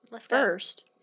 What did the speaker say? First